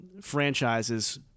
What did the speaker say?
franchises